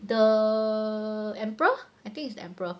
the emperor I think it's the emperor